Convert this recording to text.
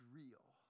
real